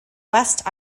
west